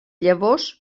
llavors